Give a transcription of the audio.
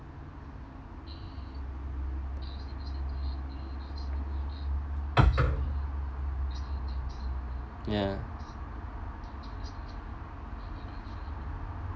ya